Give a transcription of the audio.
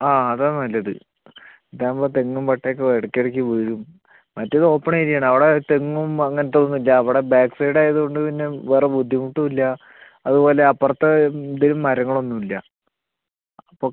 ആ അതാ നല്ലത് ഇത് ആകുമ്പം തെങ്ങും പട്ട ഒക്കെ ഇടക്ക് ഇടയ്ക്ക് വീഴും മറ്റേത് ഓപ്പൺ ഏരിയ ആണ് അവിടെ തെങ്ങും അങ്ങനത്തെ ഒന്നും ഇല്ല അവിടെ ബാക്ക് സൈഡ് ആയതു കൊണ്ട് പിന്നെ വേറെ ബുദ്ധിമുട്ടും ഇല്ല അതുപോലെ അപ്പുറത്തെ ഇത് മരങ്ങൾ ഒന്നും ഇല്ല അപ്പം